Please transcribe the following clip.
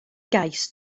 gais